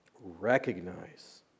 recognize